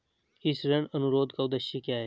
इस ऋण अनुरोध का उद्देश्य क्या है?